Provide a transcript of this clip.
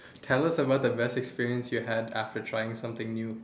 tell us about the best experience you have after trying something new